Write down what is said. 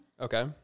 Okay